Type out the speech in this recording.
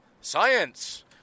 science